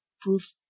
Proof